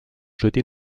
jeté